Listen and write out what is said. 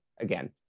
again